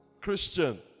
Christian